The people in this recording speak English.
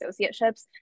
associateships